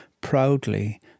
proudly